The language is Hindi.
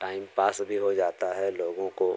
टाइम पास भी हो जाता है लोगों को